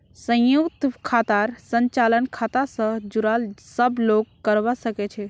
संयुक्त खातार संचालन खाता स जुराल सब लोग करवा सके छै